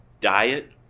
diet